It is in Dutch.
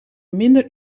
minder